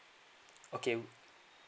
okay